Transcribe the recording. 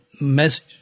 message